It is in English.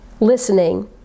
listening